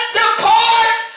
depart